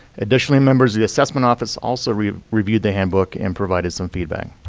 additionally, members the assessment office also reviewed reviewed the handbook and provided some feedback.